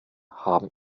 haben